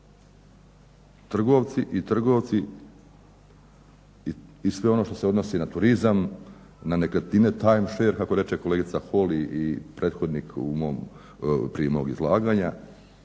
Trgovci i trgovci i sve ono što se odnosi na turizam na nekretnine, time share kako reče kolegica Holy i moj prethodnik prije mog izlaganja,